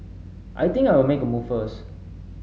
I think I'll make a move first